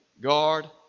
guard